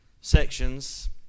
sections